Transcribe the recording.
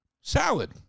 salad